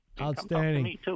Outstanding